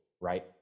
right